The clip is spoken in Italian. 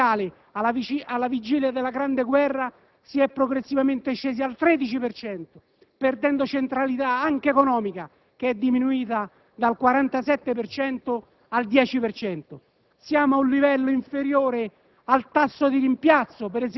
Dal peso del 28 per cento sulla popolazione mondiale alla vigilia della Grande guerra si è progressivamente scesi al 13 per cento, perdendo centralità anche economica, che è diminuita dal 47 al 10